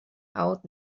out